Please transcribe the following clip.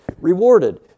rewarded